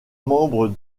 membre